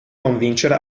convincere